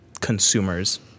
consumer's